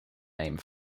name